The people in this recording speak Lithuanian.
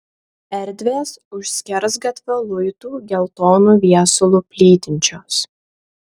erdvės už skersgatvio luitų geltonu viesulu plytinčios